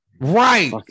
Right